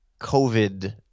COVID